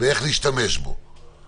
אני מנסה להסביר, הבטחת שלא תפריעי.